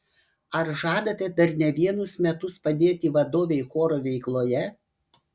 ar žadate dar ne vienus metus padėti vadovei choro veikloje